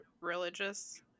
religious